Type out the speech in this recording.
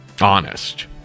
honest